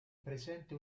presente